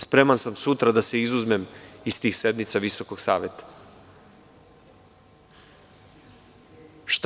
Spreman sam sutra da se izuzmem iz tih sednica Visokog saveta sudstva.